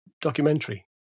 documentary